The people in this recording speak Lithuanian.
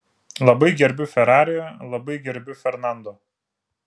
labai gerbiu ferrari labai gerbiu fernando